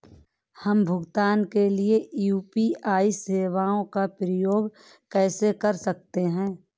हम भुगतान के लिए यू.पी.आई सेवाओं का उपयोग कैसे कर सकते हैं?